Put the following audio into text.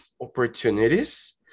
opportunities